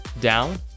down